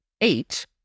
eight